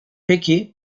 peki